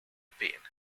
payne